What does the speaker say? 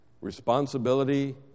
Responsibility